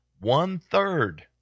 one-third